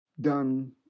done